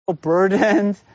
burdened